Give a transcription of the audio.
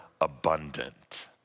abundant